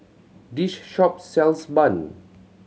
this shop sells bun